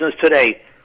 today